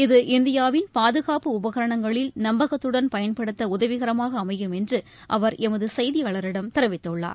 இது இந்தியாவின் பாதுகாப்பு உபகரணங்களில் நம்பகத்துடன் பயன்படுத்த உதவிகரமாக அமையும் என்று அவர் எமது செய்தியாளரிடம் தெரிவித்துள்ளார்